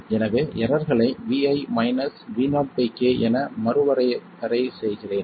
எனவே எரர்களை Vi Vo k என மறுவரையறை செய்கிறேன்